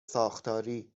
ساختاری